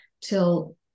till